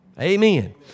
Amen